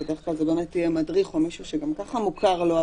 זה בדרך כלל יהיה מדריך או מישהו שגם ככה הוא מוכר לו,